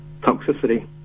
toxicity